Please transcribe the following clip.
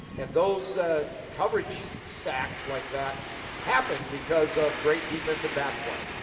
and those coverage sacks like that happen because of great defensive back play.